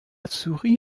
souris